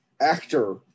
actor